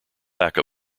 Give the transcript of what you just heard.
back